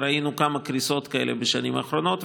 וראינו כמה קריסות כאלה בשנים האחרונות,